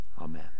Amen